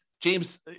James